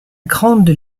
grande